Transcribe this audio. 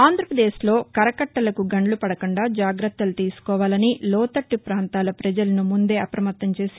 ఆంధ్రప్రదేశ్లో కరకట్టలకు గంద్లు పడకుండా జాగ్రత్తలు తీసుకోవాలని లోతట్ట ప్రాంతాల ప్రపజలను ముందే అవమత్తం చేసి